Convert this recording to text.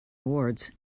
awards